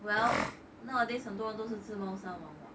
well nowadays 很多都人是吃猫山王 what